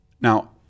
Now